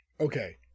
Okay